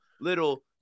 little